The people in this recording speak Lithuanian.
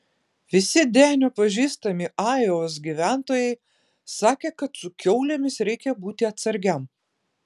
visi denio pažįstami ajovos gyventojai sakė kad su kiaulėmis reikia būti atsargiam